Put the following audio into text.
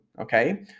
okay